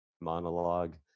monologue